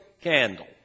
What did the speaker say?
candle